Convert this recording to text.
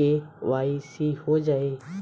KYC हो जायी?